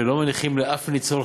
ולא מניחים לאף ניצול,